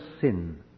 sin